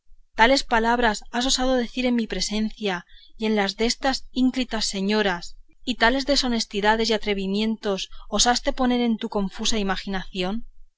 tales palabras has osado decir en mi presencia y en la destas ínclitas señoras y tales deshonestidades y atrevimientos osaste poner en tu confusa imaginación